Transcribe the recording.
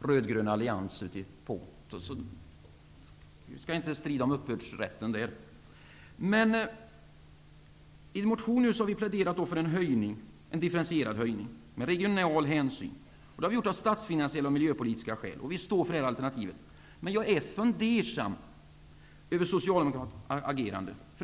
röd-grön allians. Vi skall inte strida om upphovsrätten i det avseendet. I en motion pläderar vi alltså för en differentierad höjning av bensinskatten utifrån regionala hänsyn. Detta har vi gjort av statsfinansiella och miljöpolitiska skäl, och vi står för det här alternativet. Men jag är fundersam när det gäller Socialdemokraternas agerande.